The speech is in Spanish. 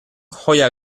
joya